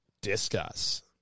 discuss